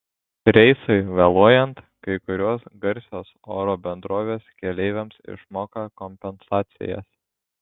reisui vėluojant kai kurios garsios oro bendrovės keleiviams išmoka kompensacijas